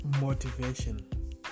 motivation